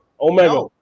Omega